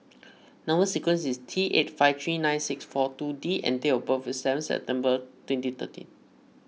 Number Sequence is T eight five three nine six four two D and date of birth is seven September twenty thirteen